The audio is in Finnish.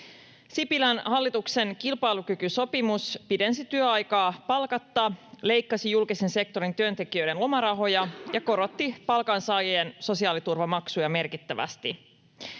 Sipilän hallituksen kilpailukykysopimus pidensi työaikaa palkatta, leikkasi julkisen sektorin työntekijöiden lomarahoja ja korotti palkansaajien sosiaaliturvamaksuja merkittävästi.